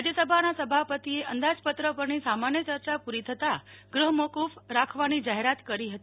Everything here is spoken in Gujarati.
રાજયસભાના સભાપતિએ અંદાજપત્ર પરની સામાન્ય યર્ચા પૂરી થતાં ગૃહમોફફ રાખવાની જાહેરાત કરી હતી